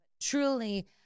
truly